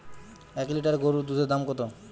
এক লিটার গোরুর দুধের দাম কত?